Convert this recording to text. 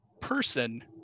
person